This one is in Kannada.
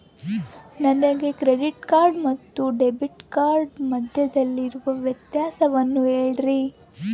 ನನಗೆ ಕ್ರೆಡಿಟ್ ಕಾರ್ಡ್ ಮತ್ತು ಡೆಬಿಟ್ ಕಾರ್ಡಿನ ಮಧ್ಯದಲ್ಲಿರುವ ವ್ಯತ್ಯಾಸವನ್ನು ಹೇಳ್ರಿ?